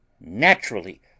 naturally